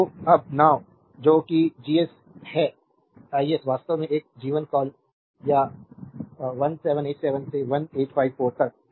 slide time देखें 0821 तो अब now जो कि जीएस है is वास्तव में एक जीवन काल था 1787 से 1854 तक